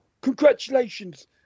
congratulations